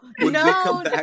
No